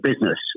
business